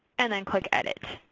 and then click edit.